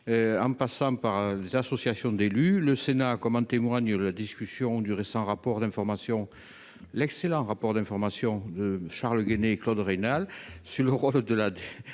en passant par les associations d'élus, le Sénat, comme en témoigne la discussion du récent rapport d'information, l'excellent rapport d'information de Charles Guené et Claude Raynal, sur le rôle de la dotation